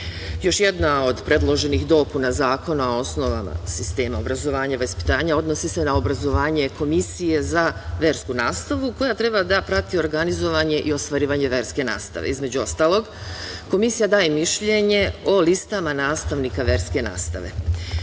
jedna od predloženih dopuna zakona o osnovama sistema obrazovanja i vaspitanja odnosi se na obrazovanje Komisije za versku nastavu koja treba da prati organizovanje i ostvarivanje verske nastave. Između ostalog, Komisija daje mišljenje o listama nastavnika verske nastave.